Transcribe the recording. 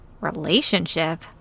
Relationship